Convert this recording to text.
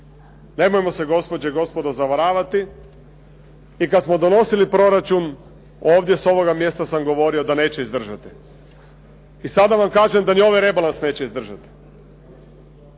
Nemojmo se gospođe i gospodo zavaravati i kada smo donosili proračunu, ovdje s ovog mjesta sam govorio da neće izdržati. I sada vam kažem da i ovaj rebalans neće izdržati.